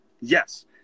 Yes